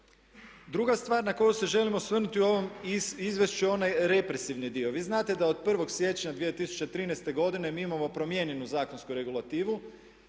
Druga stvar na koju se želim osvrnuti u ovom izvješću je onaj represivni dio. Vi znate da od 1. siječnja 2013. godine mi imamo promijenjenu zakonsku regulativu